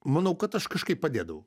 manau kad aš kažkaip padėdavau